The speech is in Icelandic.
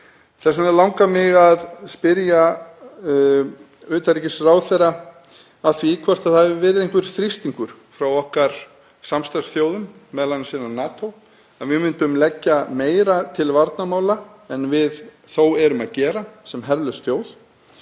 Þess vegna langar mig að spyrja hæstv. utanríkisráðherra að því hvort það hafi verið einhver þrýstingur frá okkar samstarfsþjóðum, m.a. innan NATO, á að við myndum leggja meira til varnarmála en við þó erum að gera sem herlaus þjóð